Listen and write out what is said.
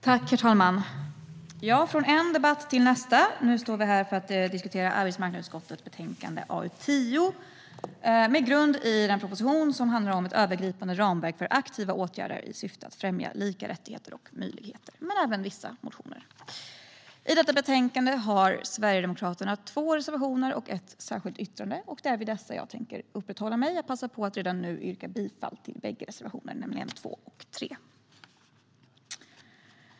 Herr talman! Från en debatt till nästa - nu står vi här för att diskutera arbetsmarknadsutskottets betänkande AU10, med grund i den proposition som handlar om ett övergripande ramverk för aktiva åtgärder i syfte att främja lika rättigheter och möjligheter men även i vissa motioner. I betänkandet har Sverigedemokraterna två reservationer och ett särskilt yttrande, och det är vid dessa jag tänker uppehålla mig. Jag passar på att redan nu yrka bifall till bägge reservationerna, nämligen reservationerna 2 och 3.